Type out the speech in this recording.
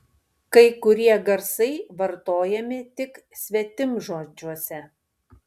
kai kurie garsai vartojami tik svetimžodžiuose